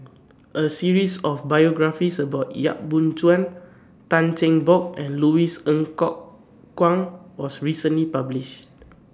A series of biographies about Yap Boon Chuan Tan Cheng Bock and Louis Ng Kok Kwang was recently published